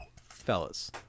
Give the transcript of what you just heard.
Fellas